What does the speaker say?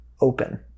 open